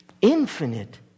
infinite